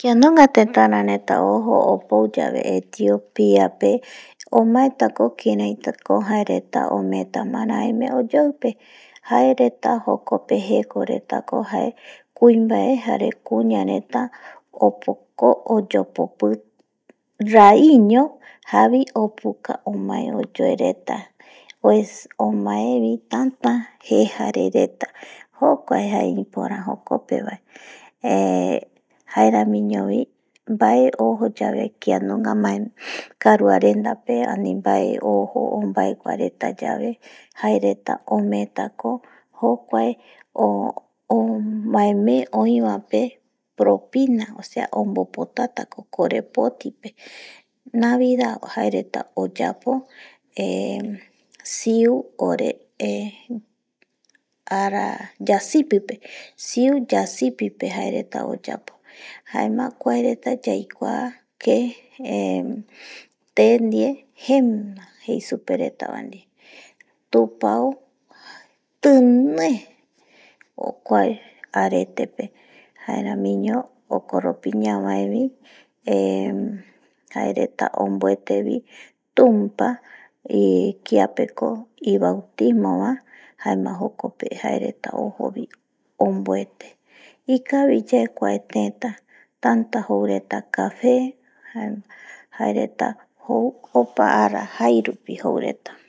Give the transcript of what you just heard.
Kianunga tetara reta ojo opou yabe Etiopia pe omaetako kiraitako jae reta ometa tamaraeme va oyoipe jae retajokpe jeko reta ko jae kuibae ,kuña reta opoko oyopopi raiño jabi opuka omae oyue reta, omae bi tata jejare reta jokua jae ipora jokope bae, jaeramiño bi nbae ojo yabe kianunga karuarenda pe ani bae ojoonbaegua reta yae jae reta ometako jokuae omaeme oi ba pe ,ombopotatako korepotipe navidad jae reta oyapo eh siu ara yasipipe,, jaecreta oyapo jaema kuaereta yaikua, te die jegua jei supe reta, tupao tinie jokuae arete pe jaeramiño jokoropi ñabae bi eh jae reta ombuete tumpa kiapeko ibautimo ba jaema jokope jae reta ojo bi onbuete,, ikavi yae kuae teta tata jou reta cafe, jae reta opa arajai rupi jou reta